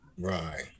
Right